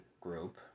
group